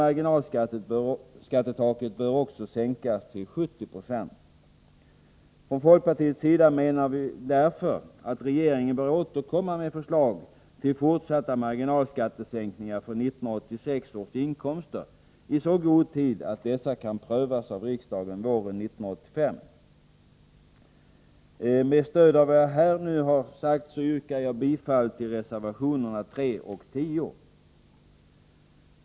Marginalskattetaket bör också sänkas till 70 90. Från folkpartiets sida menar vi därför att regeringen bör återkomma med förslag till fortsatta marginalskattesänkningar för 1986 års inkomster i så god tid att dessa kan prövas av riksdagen våren 1985. Med stöd av vad jag här sagt yrkar jag bifall till reservationerna 3 och 10.